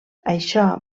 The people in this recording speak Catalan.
això